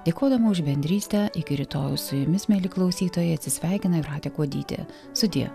dėkodama už bendrystę iki rytojaus su jumis mieli klausytojai atsisveikina jūratė kuodytė sudie